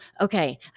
okay